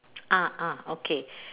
ah ah okay